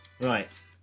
Right